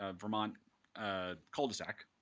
ah vermont ah cul-de-sac.